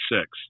six